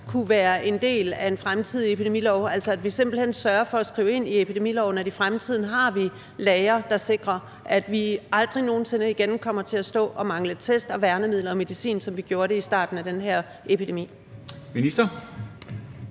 kunne være en del af en fremtidig epidemilov, altså at vi simpelt hen sørger for at skrive ind i epidemiloven, at i fremtiden har vi lagre, der sikrer, at vi aldrig nogen sinde igen kommer til at stå og mangle test, værnemidler og medicin, som vi gjorde det i starten af den her epidemi. Kl.